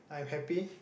I'm happy